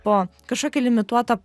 po kažkokį limituotą